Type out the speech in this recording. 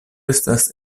estas